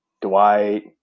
Dwight